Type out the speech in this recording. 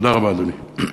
תודה רבה, אדוני.